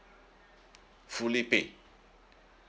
fully paid